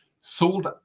sold